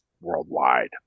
worldwide